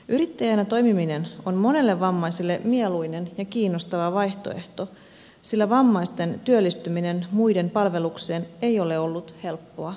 yrittäjänä toimiminen on monelle vammaiselle mieluinen ja kiinnostava vaihtoehto sillä vammaisten työllistyminen muiden palvelukseen ei ole ollut helppoa